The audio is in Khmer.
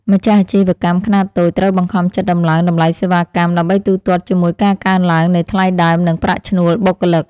ម្ចាស់អាជីវកម្មខ្នាតតូចត្រូវបង្ខំចិត្តដំឡើងតម្លៃសេវាកម្ម ដើម្បីទូទាត់ជាមួយការកើនឡើងនៃថ្លៃដើមនិងប្រាក់ឈ្នួលបុគ្គលិក។